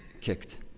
kicked